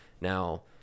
Now